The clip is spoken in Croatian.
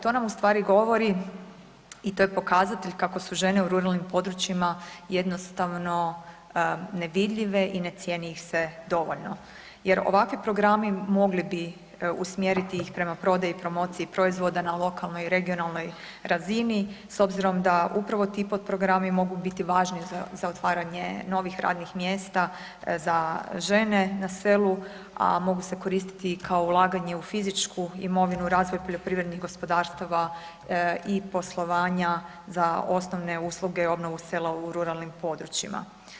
To nam ustvari govori i to je pokazatelj kako su žene u ruralnim područjima jednostavno nevidljive i ne cijeni ih se dovoljno jer ovakvi programi mogli bi usmjeriti ih prema prodaju promocije proizvoda na lokalnoj i regionalnoj razini s obzirom da upravo ti potprogrami mogu biti važni za otvaranje novih radnih mjesta za žene na selu a mogu se koristiti i kao ulaganje u fizičku imovinu, razvoj poljoprivrednih gospodarstava i poslovanja za osnovne usluge i obnovu sela u ruralnim područjima.